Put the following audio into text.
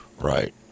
Right